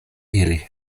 iri